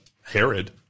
Herod